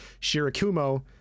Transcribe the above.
Shirakumo